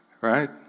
right